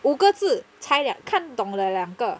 五个字猜看懂了两个